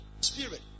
Spirit